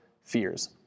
fears